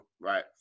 right